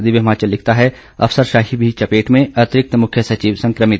दिव्य हिमाचल लिखता है अफसरशाही भी चपेट में अतिरिक्त मुख्य सचिव संक्रमित